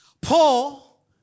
Paul